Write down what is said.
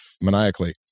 maniacally